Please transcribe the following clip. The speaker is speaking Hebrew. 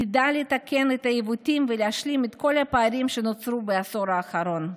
ונדע לתקן את העיוותים ולהשלים את כל הפערים שנוצרו בעשור האחרון.